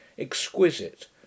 exquisite